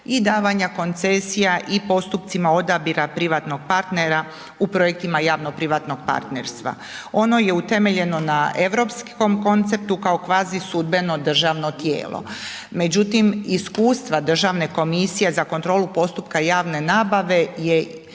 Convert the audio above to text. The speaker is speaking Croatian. i davanja koncesija i postupcima odabira privatnog partnera u projektima javno-privatnog partnerstva. Ono je utemeljeno na europskom konceptu kao kvazi sudbeno državno tijelo. Međutim, iskustva Državne komisije za kontrolu postupka javne nabave je nama